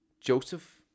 Joseph